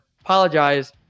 apologize